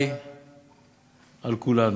הלוואי על כולנו.